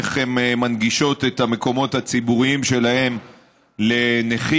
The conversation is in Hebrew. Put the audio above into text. איך הן מנגישות את המקומות הציבוריים שלהן לנכים,